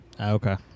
Okay